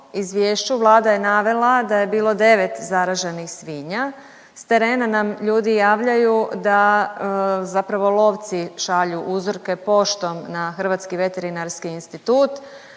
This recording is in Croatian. Vlada je navela da je bilo 9 zaraženih svinja. S terena nam ljudi javljaju da zapravo lovci šalju uzorke poštom na Hrvatski veterinarski institut.